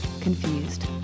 Confused